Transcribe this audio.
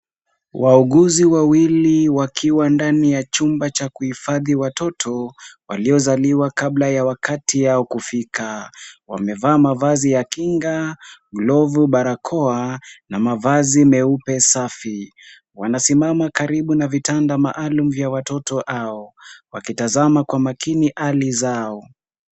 Wauguzi wawili wakiwa ndani ya chumba cha kuhifadhi watoto, waliozaliwa kabla ya wakati yao kufika. Wamevaa mavazi ya kinga, glovu, barakoa na mavazi meupe safi. Wanasimama karibu na vitanda maalum vya watoto hao, wakitazama kwa makini hali zao.